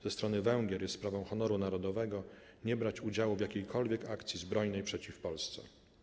Ze strony Węgier jest sprawą honoru narodowego nie brać udziału w jakiejkolwiek akcji zbrojnej przeciw Polsce'